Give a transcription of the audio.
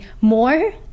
more